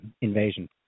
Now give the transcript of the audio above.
invasion